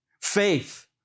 faith